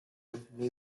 maybe